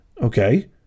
okay